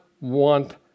want